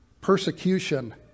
persecution